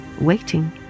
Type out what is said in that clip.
waiting